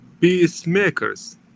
peacemakers